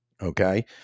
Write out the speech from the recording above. okay